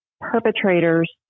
perpetrators